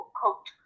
coat